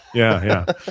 yeah,